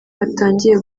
batangiye